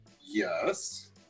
Yes